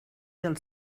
del